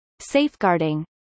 safeguarding